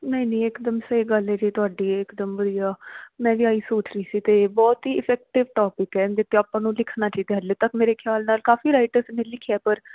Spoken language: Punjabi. ਨਹੀਂ ਨਹੀਂ ਇਕਦਮ ਸਹੀ ਗੱਲ ਏ ਜੀ ਤੁਹਾਡੀ ਇਕਦਮ ਵਧੀਆ ਮੈਂ ਵੀ ਆਹੀ ਸੋਚ ਰਹੀ ਸੀ ਅਤੇ ਬਹੁਤ ਹੀ ਇਫੈਕਟਿਵ ਟੋਪਿਕ ਹੈ ਇਹਦੇ 'ਤੇ ਆਪਾਂ ਨੂੰ ਲਿਖਣਾ ਚਾਹੀਦਾ ਹਾਲੇ ਤੱਕ ਮੇਰੇ ਖਿਆਲ ਨਾਲ ਕਾਫੀ ਰਾਈਟਰਸ ਨੇ ਲਿਖਿਆ ਪਰ